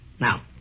Now